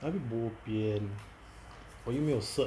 那又 bo pian 我又没有 cert